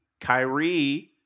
Kyrie